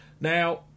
Now